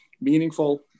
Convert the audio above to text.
meaningful